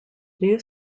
loup